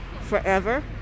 forever